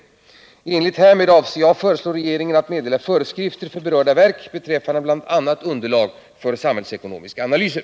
I enlighet härmed avser jag föreslå regeringen att meddela föreskrifter för berörda verk beträffande bl.a. underlag för samhällsekonomiska analyser.